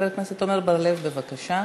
חבר הכנסת עמר בר-לב, בבקשה.